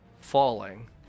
falling